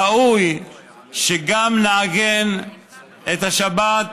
ראוי שנעגן גם את השבת,